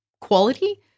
quality